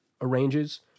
arranges